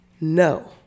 No